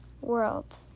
world